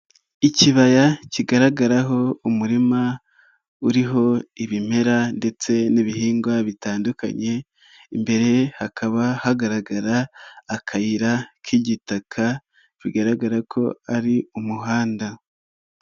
Ikibaya kigaragaraho umurima uriho ibimera ndetse n'ibihingwa bitandukanye, imbere hakaba hagaragara akayira k'igitaka bigaragara ko ari umuhanda.